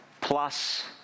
plus